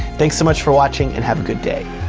thanks so much for watching and have a good day.